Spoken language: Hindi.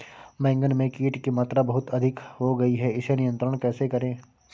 बैगन में कीट की मात्रा बहुत अधिक हो गई है इसे नियंत्रण कैसे करें?